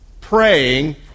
praying